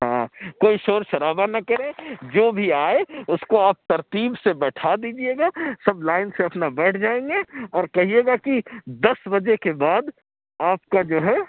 ہاں کوئی شور شرابہ نہ کرے جو بھی آئے اُس کو آپ ترتیب سے بیٹھا دیجیے گا سب لائن سے اپنا بیٹھ جائیں گے اور کہیے گا کہ دس بجے کے بعد آپ کا جو ہے